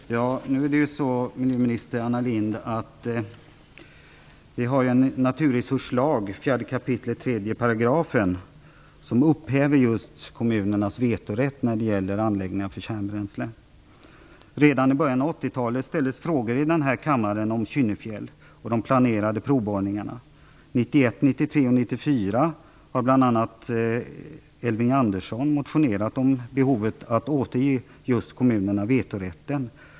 Fru talman! Vi har en naturresurslag, miljöminister Anna Lindh. I 4 kap. 3 § upphävs kommunernas vetorätt när det gäller anläggningar för kärnbränsle. Redan i början av 1980-talet ställdes frågor i denna kammare om Kynnefjäll och de planerade provborrningarna. År 1991, 1993 och 1994 har bl.a. Elving Andersson motionerat om behovet av att återge kommunerna vetorätten.